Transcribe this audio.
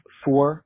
four